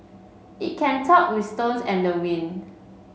it can talk with stones and the wind